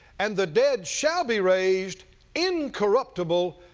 and the dead shall be raised incorruptible,